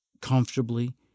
comfortably